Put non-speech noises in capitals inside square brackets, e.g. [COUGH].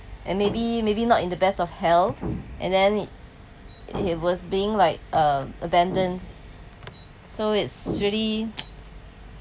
and maybe maybe not in the best of health and then he was being like uh abandoned so it's really [NOISE]